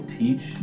teach